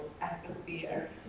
atmosphere